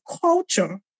culture